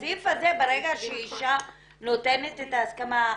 ברגע שאישה נותנת את ההסכמה,